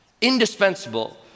indispensable